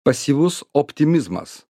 pasyvus optimizmas